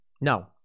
No